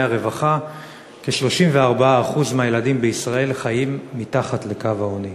הרווחה כ-34% מהילדים בישראל חיים מתחת לקו העוני.